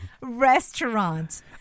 restaurant